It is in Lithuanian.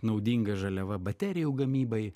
naudinga žaliava baterijų gamybai